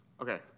Okay